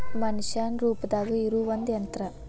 ಮನಷ್ಯಾನ ರೂಪದಾಗ ಇರು ಒಂದ ಯಂತ್ರ